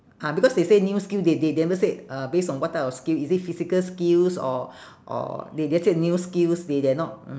ah because they say new skill they they never say uh base on what type of skill is it physical skills or or they just say new skills they they're not